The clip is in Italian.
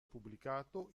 pubblicato